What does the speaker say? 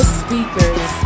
speakers